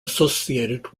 associated